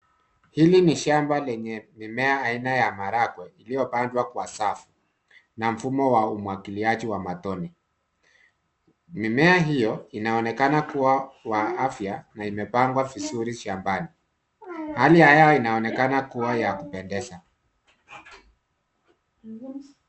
Hili ni shamba lenye mimea aina ya maharagwe iliyopandwa kwenye safu na mfumo wa umwagiliaji wa matone. Mimea hiyo inaonekana kuwa wa afya na imepangwa vizuri shambani. Hali ya hewa inaonekana kuwa ya kupendeza.